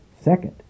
Second